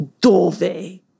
dove